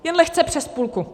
Jen lehce přes půlku.